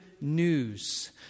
news